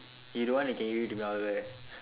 you don't want you can give it to me I'll wear